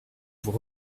vous